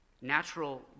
natural